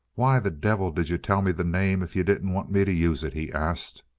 why the devil did you tell me the name if you didn't want me to use it? he asked.